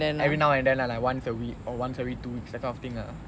every now and then lah like once a week or once every two weeks that kind of thing ah